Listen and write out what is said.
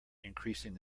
increasing